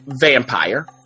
vampire